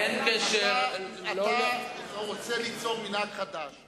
אתה רוצה ליצור מנהג חדש,